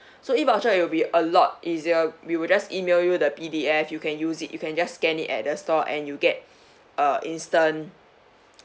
so E_voucher it'll be a lot easier we will just email you the P_D_F you can use it you can just scan it at the store and you get uh instant